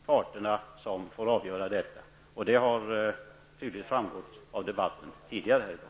Parterna får fälla avgörandet, vilket tydligt har framgått av den tidigare debatten.